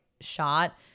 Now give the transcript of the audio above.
shot